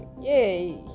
Yay